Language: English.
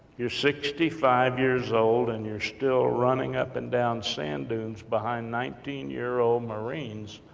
you're sixty five years old, and you're still running up, and down sand dunes, behind nineteen year old marines,